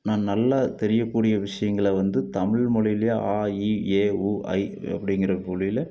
நான் நல்லா தெரிய கூடிய விஷயங்கள வந்து தமிழ் மொழிலையே அ இ எ உ ஐ அப்படிங்கிற மொழியில்